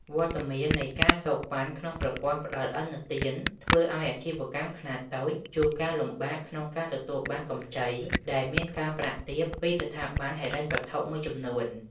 វត្តមាននៃ ការសូកប៉ាន់ ក្នុងប្រព័ន្ធផ្ដល់ឥណទាន ធ្វើឱ្យអាជីវកម្មខ្នាតតូចជួបការលំបាកក្នុងការទទួលបានកម្ចីដែលមានការប្រាក់ទាបពីស្ថាប័នហិរញ្ញវត្ថុមួយចំនួន។